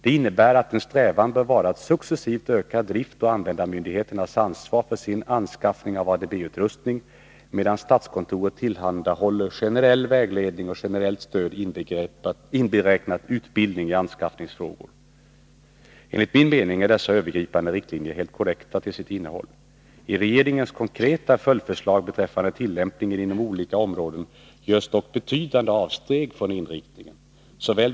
Det innebär att en strävan bör vara att successivt öka driftoch användarmyndigheternas ansvar för sin anskaffning av ADB-utrustning, medan statskontoret tillhandahåller generell vägledning och generellt stöd, inberäknat utbildning, i anskaffningsfrågor. Enligt min mening är dessa övergripande riktlinjer helt korrekta till sitt innehåll. I regeringens konkreta följdförslag beträffande tillämpningen inom olika områden görs dock betydande avsteg från inriktningen.